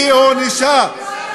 היא הוענשה.